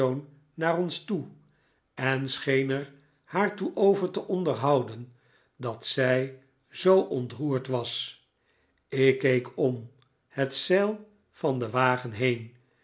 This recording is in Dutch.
naar haar toe en scheen er haar over te onderhouden dat zij zoo ontroerd was ik keek om het zeil van den wagen heen